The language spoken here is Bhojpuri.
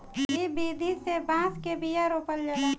इ विधि से बांस के बिया रोपल जाला